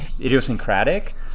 idiosyncratic